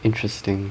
interesting